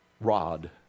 rod